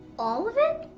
all of it?